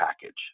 package